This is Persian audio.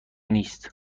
نیست